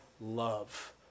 love